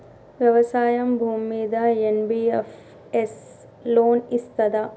వ్యవసాయం భూమ్మీద NBFS loan ఇస్తదా?